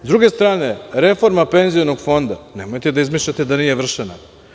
S druge strane, reforma penzionog fonda, nemojte da izmišljate da nije vršena.